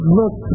look